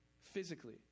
physically